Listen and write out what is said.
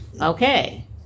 Okay